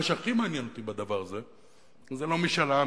מה שהכי מעניין אותי בדבר הזה זה לא משאל העם,